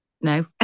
No